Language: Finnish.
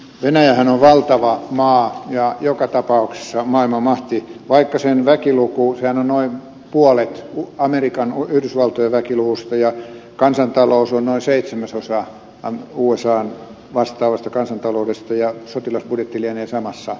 venäjähän on valtava maa ja joka tapauksessa maailmanmahti vaikka sen väkiluku on noin puolet amerikan yhdysvaltojen väkiluvusta ja kansantalous on noin seitsemäsosa usan vastaavasta kansantaloudesta ja sotilasbudjetti lienee samassa määrin